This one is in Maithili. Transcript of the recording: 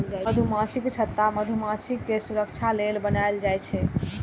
मधुमाछीक छत्ता मधुमाछीक सुरक्षा लेल बनाएल जाइ छै